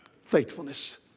Faithfulness